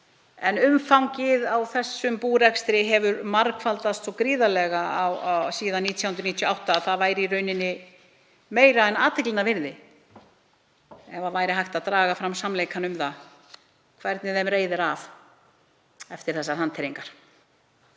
En umfangið á þessum búrekstri hefur margfaldast svo gríðarlega síðan 1998 að það væri meira en athyglinnar virði ef hægt væri að draga fram sannleikann um það hvernig þeim reiðir af eftir þessar hanteringar.